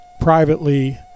privately